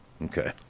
Okay